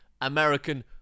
american